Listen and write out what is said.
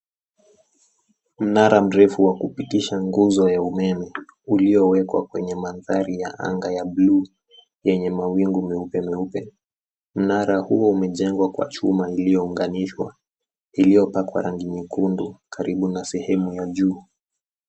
Mnara mrefu wa kupitisha nguzo ya umeme uliowekwa kwenye mandhari ya anga ya bluu ,yenye mawingu meupe meupe. Mnara huo umejengwa kwa chuma iliyounganishwa, iliyopakwa rangi nyekundu karibu na sehemu ya juu.